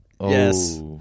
Yes